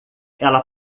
ela